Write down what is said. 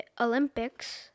Olympics